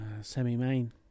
semi-main